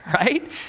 Right